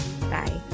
Bye